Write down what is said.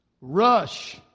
Rush